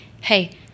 hey